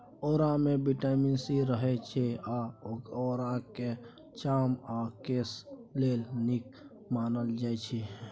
औरामे vitamin C रहय छै आ औराकेँ चाम आ केस लेल नीक मानल जाइ छै